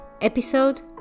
episode